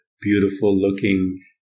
beautiful-looking